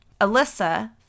Alyssa